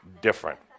different